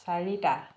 চাৰিটা